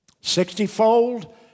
sixtyfold